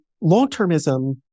long-termism